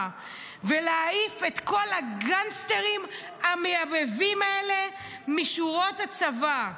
ולהעיף את כל הגנגסטרים המייבבים האלה משורות הצבא.